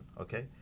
Okay